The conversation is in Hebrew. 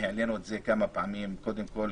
קודם כל,